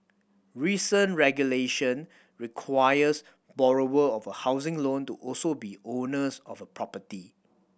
recent regulation requires borrower of a housing loan to also be owners of a property